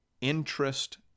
interest